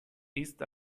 ist